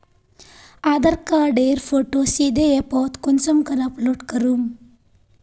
आधार कार्डेर फोटो सीधे ऐपोत कुंसम करे अपलोड करूम?